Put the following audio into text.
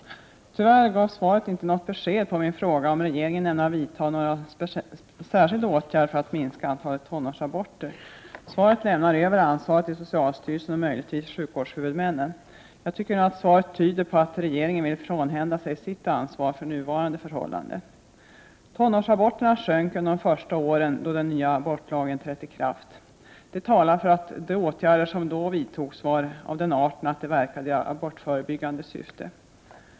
Tyvärr gav svaret inte något besked om huruvida regeringen ämnar vidta någon särskild åtgärd för att minska antalet tonårsaborter. Svaret lämnar över ansvaret till socialstyrelsen och möjligtvis till sjukvårdshuvudmännen. Jag tycker att svaret tyder på att regeringen vill frånhända sig sitt ansvar för nuvarande förhållande. Tonårsaborterna sjönk under de första åren efter det att den nya abortlagen trätt i kraft. Det talar för att de åtgärder som då vidtogs var av den arten att de verkade i abortförbyggande syfte.